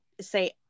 say